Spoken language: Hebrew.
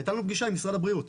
הייתה לנו פגישה עם משרד הבריאות,